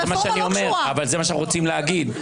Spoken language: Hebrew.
אבל זה מה שאנחנו רוצים להגיד.